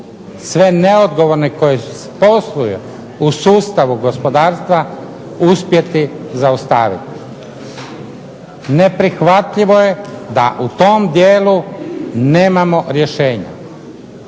sve neodgovorne koji posluju u sustavu gospodarstva uspjeti zaustaviti. Neprihvatljivo je da u tom dijelu nemamo rješenja.